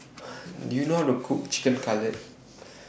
Do YOU know How to Cook Chicken Cutlet